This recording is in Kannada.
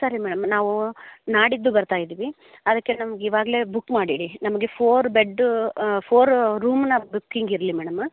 ಸರಿ ಮೇಡಮ್ ನಾವು ನಾಡಿದ್ದು ಬರ್ತಾ ಇದ್ದೀವಿ ಅದಕ್ಕೆ ನಮಗೆ ಈವಾಗಲೇ ಬುಕ್ ಮಾಡಿ ಇಡಿ ನಮಗೆ ಫೋರ್ ಬೆಡ್ ಫೋರ್ ರೂಮನ್ನ ಬುಕಿಂಗ್ ಇರಲಿ ಮೇಡಮ್